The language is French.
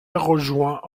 rejoint